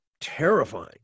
terrifying